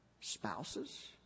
Spouses